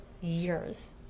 years